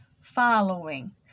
following